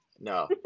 No